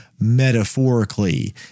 metaphorically